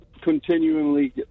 continually